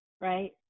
right